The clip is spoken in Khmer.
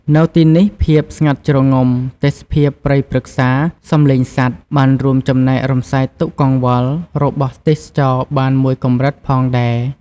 នៅទីនេះ ភាពស្ងាត់ជ្រងំ ទេសភាពព្រៃព្រឹក្សា សំឡេងសត្វ បានរួមចំណែករំសាយទុក្ខកង្វល់របស់ទេសចរបានមួយកម្រិតផងដែរ។